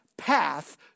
path